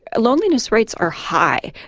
loneliness rates are high,